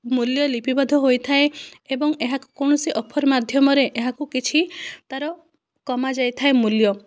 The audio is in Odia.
ମୂଲ୍ୟ ଲିପିବଦ୍ଧ ହୋଇଥାଏ ଏବଂ ଏହାକୁ କୌଣସି ଅଫର ମାଧ୍ୟମରେ ଏହାକୁ କିଛି ତା'ର କମା ଯାଇଥାଏ ମୂଲ୍ୟ